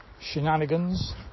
shenanigans